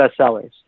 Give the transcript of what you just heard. bestsellers